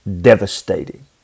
devastating